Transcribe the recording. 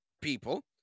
people